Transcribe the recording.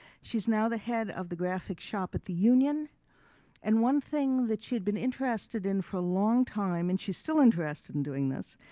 she's now the head of the graphic shop at the union and one thing that she had been interested in for a long time and she's still interested in doing this,